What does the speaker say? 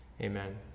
Amen